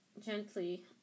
gently